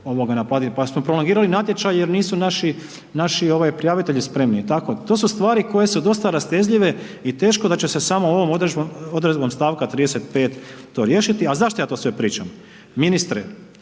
pa su tu prolongirali natječaj jer nisu naši prijavitelji spremni i tako. To su stvari koje su dosta rastezljive i teško da će se samo ovom odredbom stavka 35. to riješiti. A zašto ja to sve pričam? Ministre,